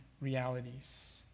realities